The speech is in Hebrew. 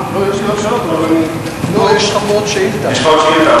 יש לך שאילתא